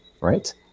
right